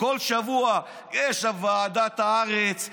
כל שבוע יש ועידת הארץ,